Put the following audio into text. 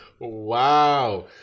Wow